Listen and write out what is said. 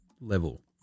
level